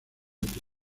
pista